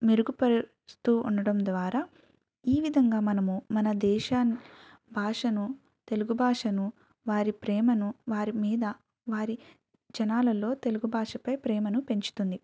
మెరుగుపరుస్తూ ఉండడం ద్వారా ఈ విధంగా మనము మన దేశభాషను తెలుగు భాషను వారి ప్రేమను వారి మీద వారి జనాలలో తెలుగు భాష పై ప్రేమను పెంచుతుంది